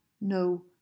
no